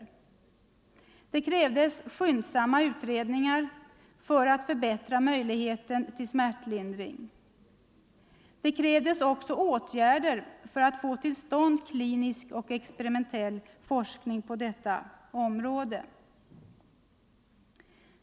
Det krävdes också åtgärder för att få till stånd klinisk och experimentell forskning på detta område.